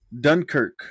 dunkirk